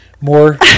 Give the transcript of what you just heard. more